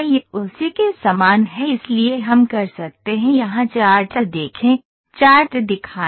यह उसी के समान है इसलिए हम कर सकते हैं यहां चार्ट देखें चार्ट दिखाएं